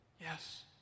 Yes